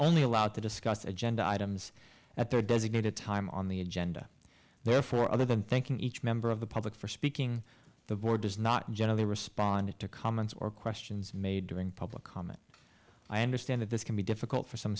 only allowed to discuss agenda items at their designated time on the agenda therefore other than thanking each member of the public for speaking the board does not generally respond to comments or questions made during public comment i understand that this can be difficult for some